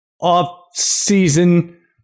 Off-season